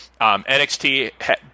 NXT